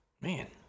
Man